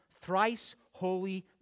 thrice-holy